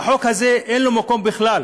והחוק הזה, אין לו מקום בכלל.